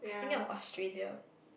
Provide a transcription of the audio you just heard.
thinking of Australia